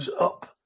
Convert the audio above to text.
up